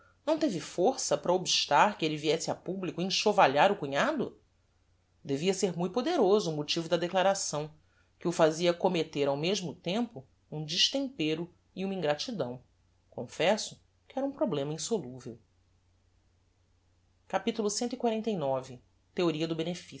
não teve força para obstar que elle viesse a publico enxovalhar o cunhado devia ser mui poderoso o motivo da declaração que o fazia commetter ao mesmo tempo um destempero e uma ingratidão confesso que era um problema insoluvel capitulo cxlix theoria do